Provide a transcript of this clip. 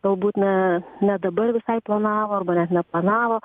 galbūt ne ne dabar visai planavo arba net neplanavo